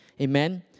Amen